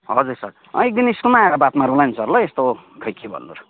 हजुर सर अँ एकदिन स्कुलमा आएर बात मारौँला नि सर यस्तो खोइ के भन्नु र